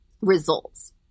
results